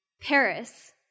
Paris